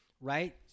Right